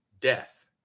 Death